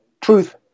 truth